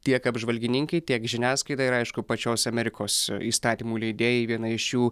tiek apžvalgininkai tiek žiniasklaida ir aišku pačios amerikos įstatymų leidėjai viena iš jų